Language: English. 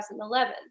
2011